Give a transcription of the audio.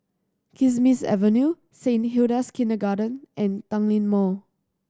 Kismis Avenue Saint Hilda's Kindergarten and Tanglin Mall